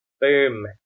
Boom